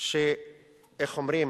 איך אומרים